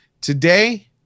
Today